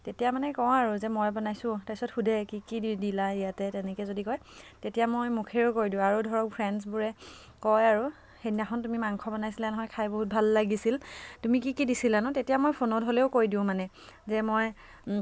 তেতিয়া মানে কওঁ আৰু যে মই বনাইছোঁ তাৰ পাছত সুধে কি কি দিলা ইয়াতে তেনেকৈ যদি কয় তেতিয়া মই মুখেৰেও কৈ দিওঁ আৰু ধৰক ফ্ৰেণ্ডছবোৰে কয় আৰু সেইদিনাখন তুমি মাংস বনাইছিলা নহয় খাই বহুত ভাল লাগিছিল তুমি কি কি দিছিলানো তেতিয়া মই ফোনত হ'লেও কৈ দিওঁ মানে যে মই